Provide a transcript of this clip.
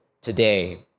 today